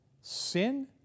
sin